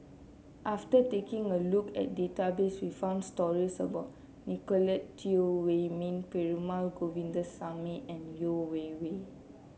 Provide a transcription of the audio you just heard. after taking a look at database we found stories about Nicolette Teo Wei Min Perumal Govindaswamy and Yeo Wei Wei